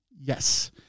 Yes